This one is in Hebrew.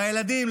והילדים,